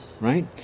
right